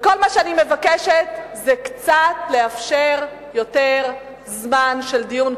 וכל מה שאני מבקשת זה לאפשר קצת יותר זמן לדיון,